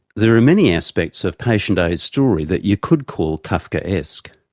there are many aspects of patient a's story that you could call kafkaesque.